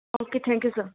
okay thank you sir